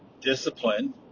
discipline